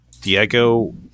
Diego